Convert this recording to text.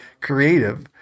creative